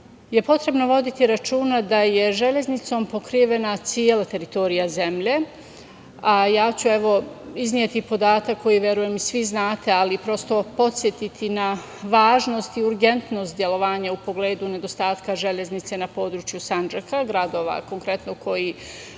je potrebno voditi računa da je železnicom pokrivena cela teritorija zemlje. Izneću podatak za koji verujem da svi znate, ali da prosto podstim na važnost i urgentnost delovanja u pogledu nedostatka železnice na području Sandžaka, gradova konkretno koji